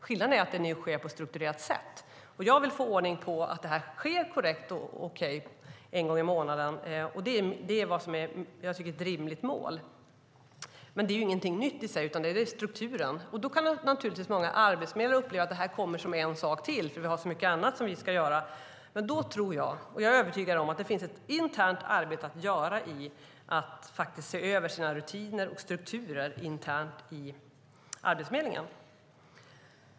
Skillnaden är att det nu sker på ett strukturerat sätt. Jag vill få ordning på att det sker korrekt och okej en gång i månaden. Det är ett rimligt mål. Men det är ingenting nytt i sig, utan det är strukturen som ändrats. Naturligtvis kan många arbetsförmedlare uppleva att det här kommer som en sak till när man redan har så mycket annat att göra. Men jag är övertygad om att det finns ett internt arbete att göra i att se över rutiner och strukturer internt inom Arbetsförmedlingen.